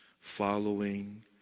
following